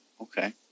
okay